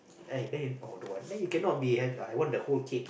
right then you no don't want the you cannot be and I want the whole cake